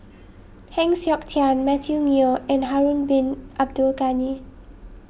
Heng Siok Tian Matthew Ngui and Harun Bin Abdul Ghani